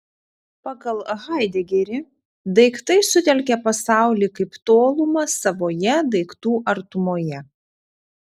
pagal haidegerį daiktai sutelkia pasaulį kaip tolumą savoje daiktų artumoje